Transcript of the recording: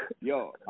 Yo